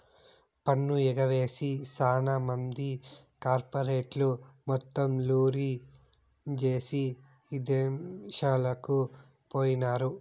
పన్ను ఎగవేసి సాన మంది కార్పెరేట్లు మొత్తం లూరీ జేసీ ఇదేశాలకు పోయినారు